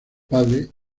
padre